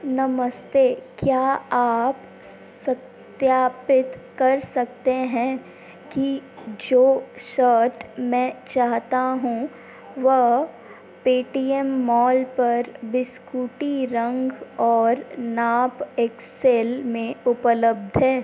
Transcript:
नमस्ते क्या आप सत्यापित कर सकते हैं कि जो शर्ट मैं चाहता हूँ वह पेटीएम मॉल पर बिस्कुटी रंग और नाप एक्स एल में उपलब्ध है